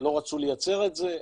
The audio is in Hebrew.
לא רצו לייצר את זה,